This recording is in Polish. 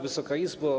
Wysoka Izbo!